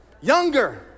younger